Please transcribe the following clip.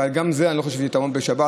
אבל גם זה לא פתרון בשבת.